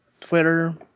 Twitter